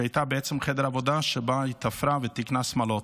שהייתה בעצם חדר עבודה שבו היא תפרה ותיקנה שמלות,